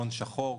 הון שחור,